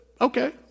Okay